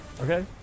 Okay